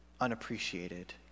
unappreciated